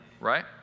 right